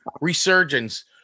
resurgence